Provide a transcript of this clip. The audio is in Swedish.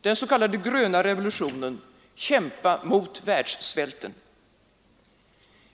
den s.k. gröna revolutionen, kämpa mot världssvälten.